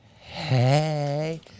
Hey